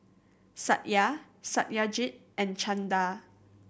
Satya Satyajit and Chanda